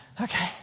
Okay